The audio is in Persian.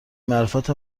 معرفت